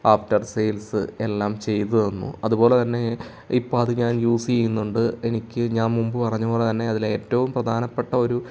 after sales എല്ലാം ചെയ്തുതന്നു അതുപോലെ തന്നെ ഇപ്പം അത് ഞാൻ യൂസ് ചെയ്യുന്നുണ്ട് എനിക്ക് ഞാൻ മുൻപ് പറഞ്ഞത് പോലെ തന്നെ എനിക്ക് അതിൽ ഏറ്റവും പ്രധാനപ്പെട്ട ഒരു